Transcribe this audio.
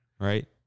right